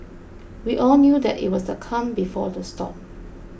we all knew that it was the calm before the storm